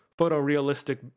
photorealistic